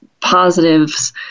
positives